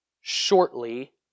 shortly